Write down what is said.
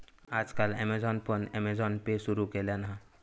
आज काल ॲमेझॉनान पण अँमेझॉन पे सुरु केल्यान हा